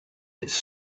its